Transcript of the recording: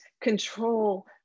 control